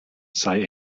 sei